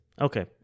okay